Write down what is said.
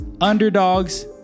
underdogs